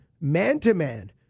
man-to-man